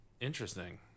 Interesting